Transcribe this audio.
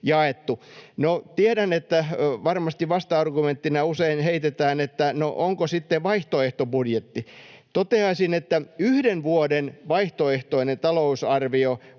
Tiedän, että varmasti vasta-argumenttina usein heitetään, että ”no, onko sitten vaihtoehtobudjetti?”. Toteaisin, että yhden vuoden vaihtoehtoinen talousarvio